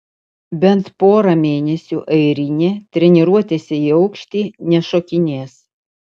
bent pora mėnesių airinė treniruotėse į aukštį nešokinės